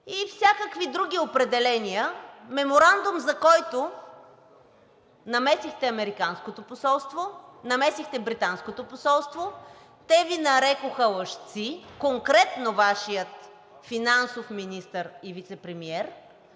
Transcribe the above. и всякакви други определения. Меморандум, за който намесихте Американското посолство, намесихте Британското посолство. Те Ви нарекоха „лъжци“, конкретно Вашият финансов министър и вицепремиер,